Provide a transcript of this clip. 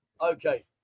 Okay